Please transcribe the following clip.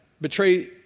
betray